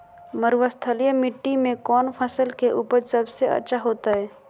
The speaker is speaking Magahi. मरुस्थलीय मिट्टी मैं कौन फसल के उपज सबसे अच्छा होतय?